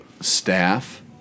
Staff